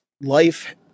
life